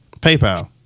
PayPal